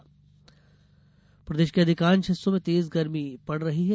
मौसम प्रदेश के अधिकांश हिस्से में तेज गर्मी पड़ रही है